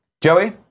Joey